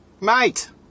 Mate